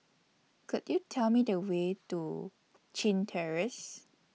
Could YOU Tell Me The Way to Chin Terrace